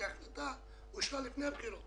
כי ההחלטה אושרה לפני הבחירות